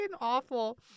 awful